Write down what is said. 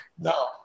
No